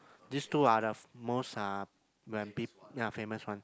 this two are the most uh when pe~ ya famous one